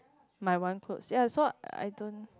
my one clothes ya it's not I don't